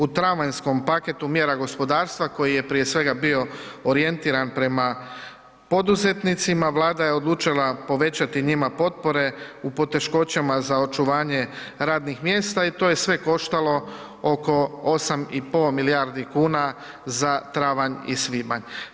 U travanjskom paketu mjera gospodarstva koji je prije svega bio orijentiran prema poduzetnicima Vlada je odlučila povećati njima potpore u poteškoćama za očuvanje radnih mjesta i to je sve koštalo oko 8,5 milijardi kuna za travanj i svibanj.